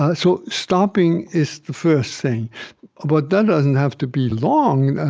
ah so stopping is the first thing but that doesn't have to be long.